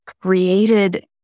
created